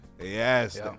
yes